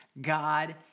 God